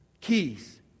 Keys